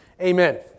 Amen